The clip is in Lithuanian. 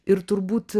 ir turbūt